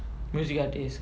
music artist